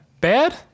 bad